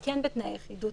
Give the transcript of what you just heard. ולכן לא ראינו.